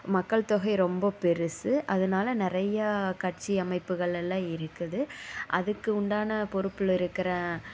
மக்கள் தொகை ரொம்ப பெருசு அதனால நிறையா கட்சி அமைப்புகள் எல்லாம் இருக்குது அதுக்கு உண்டான பொறுப்பில் இருக்கிற